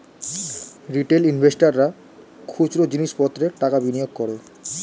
retail ইনভেস্টর্সরা খুচরো জিনিস পত্রে টাকা বিনিয়োগ করে